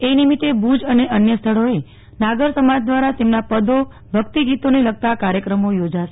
એ નિમિત્તે ભુજ અને અન્ય સ્થળોએ નાગર સમાજ દ્વારા તેમના પદો ભક્તિગીતોને લગતા કાર્યક્રમો યોજાશે